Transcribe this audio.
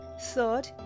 Third